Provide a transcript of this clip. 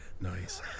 Nice